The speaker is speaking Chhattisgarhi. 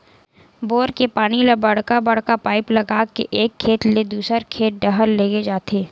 बोर के पानी ल बड़का बड़का पाइप लगा के एक खेत ले दूसर खेत डहर लेगे जाथे